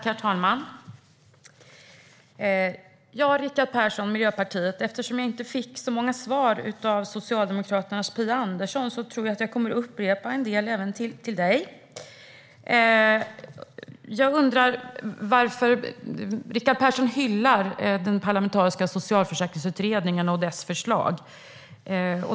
Herr talman! Eftersom jag inte fick så många svar av Socialdemokraternas Phia Andersson - Rickard Persson, Miljöpartiet - tror jag att jag kommer att upprepa en del även till dig. Rickard Persson hyllar den parlamentariska socialförsäkringsutredningen och dess förslag.